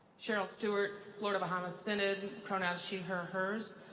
cheryl stuart, florida-bahamas synod, pronouns she, her, hers.